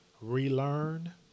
relearn